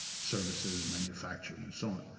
services, manufacturing, and so on.